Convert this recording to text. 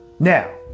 Now